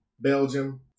Belgium